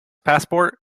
passport